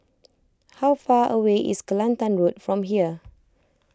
how far away is Kelantan Road from here